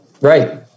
Right